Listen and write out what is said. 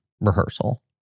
rehearsal